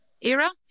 era